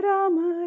Rama